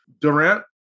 Durant